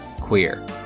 queer